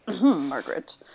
Margaret